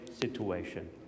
situation